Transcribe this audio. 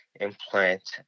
implant